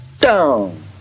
down